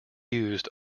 used